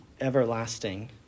everlasting